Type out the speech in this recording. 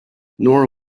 nor